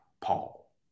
Paul